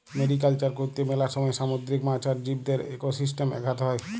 mariculture করত্যে মেলা সময় সামুদ্রিক মাছ আর জীবদের একোসিস্টেমে আঘাত হ্যয়